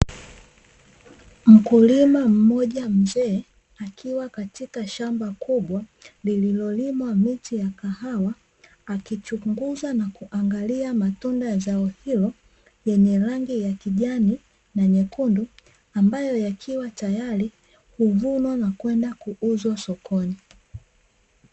Mkulima mmoja mzee akiwa katika shamba kubwa lililolimwa miche ya kahawa, akichunguza na kuangalia matunda eneo hilo lenye rangi ya kijani na nyekundu, ambayo yakiwa tayari huvunwa na kwenda kuuzwa sokoni.